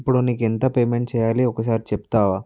ఇప్పుడు నీకు ఎంత పేమెంట్ చేయాలి ఒక్కసారి చెప్తావా